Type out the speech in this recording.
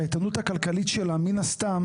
שהיתכנות הכלכלית שלה מן הסתם,